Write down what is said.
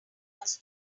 was